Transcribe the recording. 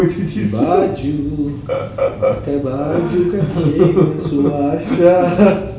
cuci baju pakai baju cuci baju ah sia